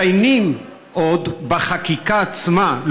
מציינים עוד בחקיקה עצמה,